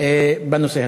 בנושא הזה.